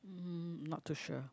uh not too sure